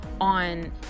on